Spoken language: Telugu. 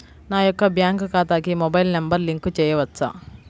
నా యొక్క బ్యాంక్ ఖాతాకి మొబైల్ నంబర్ లింక్ చేయవచ్చా?